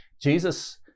Jesus